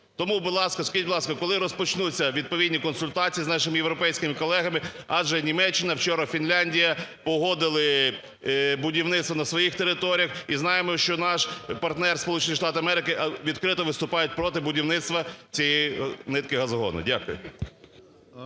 Тому, будь ласка, скажіть, будь ласка, коли розпочнуться відповідні консультації з нашими європейськими колегами, адже Німеччина, вчора – Фінляндія погодили будівництво на своїх територіях і знаємо, що наш партнери Сполучені Штати Америки відкрито ви ступають проти будівництва цієї нитки газогону? Дякую.